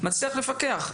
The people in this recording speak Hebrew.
מצליח לפקח?